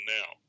now